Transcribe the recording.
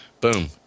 boom